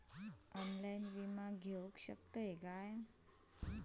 Online विमा घेऊ शकतय का?